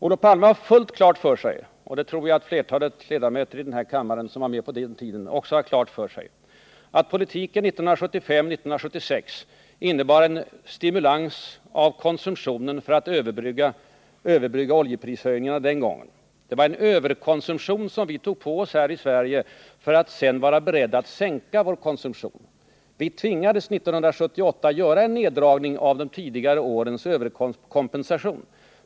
Olof Palme har fullt klart för sig — och det tror jag att flertalet av de ledamöter i kammaren som var med på den tiden också har klart för sig — att politiken 1975 och 1976 innebar en stimulans av konsumtionen för att överbrygga oljeprishöjningarnas konsekvenser för efterfrågan. Det var en överkonsumtion som vi tog på oss här i Sverige för att vara beredda att sedan sänka vår konsumtion. Vi tvingades 1978 att göra en neddragning av de tidigare årens överkonsumtion.